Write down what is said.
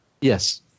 Yes